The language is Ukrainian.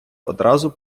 одразу